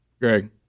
Greg